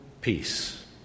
peace